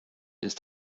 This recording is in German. ist